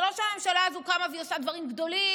זה לא שהממשלה הזו קמה ועושה דברים גדולים